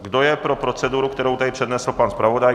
Kdo je pro proceduru, kterou tady přednesl pan zpravodaj?